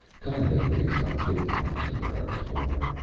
kind they raise not fifty miles from where i was born.